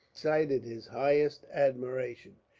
excited his highest admiration.